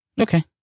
Okay